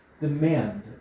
demand